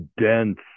dense